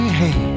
hey